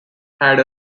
had